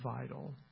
vital